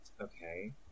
okay